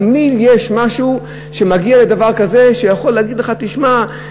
תמיד יש משהו שמגיע לדבר כזה שיכול להגיד לך: תשמע,